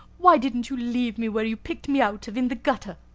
why didn't you leave me where you picked me out of in the gutter?